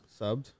Subbed